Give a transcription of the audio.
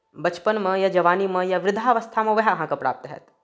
बचपनमे या जवानीमे या वृद्धावस्थामे उएह अहाँकेँ प्राप्त हैत